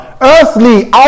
earthly